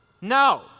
No